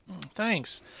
Thanks